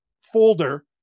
folder